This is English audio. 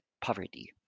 poverty